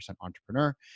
Entrepreneur